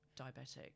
diabetic